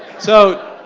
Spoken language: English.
so.